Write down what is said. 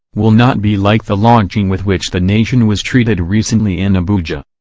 will not be like the launching with which the nation was treated recently in abuja.